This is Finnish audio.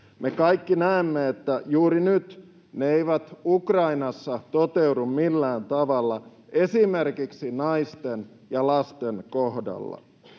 Me kaikki näemme, että juuri nyt ne eivät Ukrainassa toteudu millään tavalla esimerkiksi naisten ja lasten kohdalla.